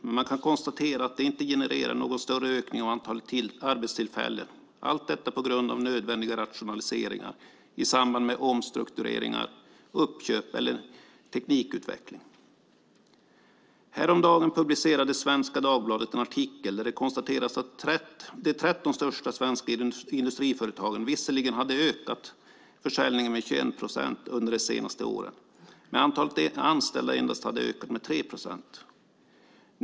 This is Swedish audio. Men man kan konstatera att de inte genererar någon större ökning av antalet arbetstillfällen, på grund av nödvändiga rationaliseringar i samband med omstruktureringar, uppköp och teknikutveckling. Häromdagen publicerade Svenska Dagbladet en artikel där det konstaterades att de 13 största svenska industriföretagen visserligen hade ökat försäljningen med 21 procent under det senaste året men att antalet anställda hade ökat med endast 3 procent.